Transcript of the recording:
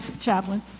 chaplain